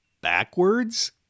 backwards